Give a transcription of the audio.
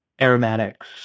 aromatics